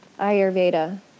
Ayurveda